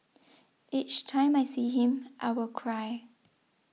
each time I see him I will cry